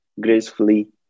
gracefully